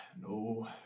no